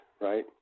right